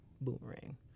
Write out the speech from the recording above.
boomerang